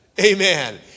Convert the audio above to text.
Amen